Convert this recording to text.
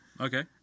Okay